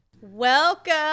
Welcome